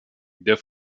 der